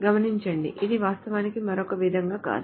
గమనించండి ఇది వాస్తవానికి మరొక విధంగా కాదు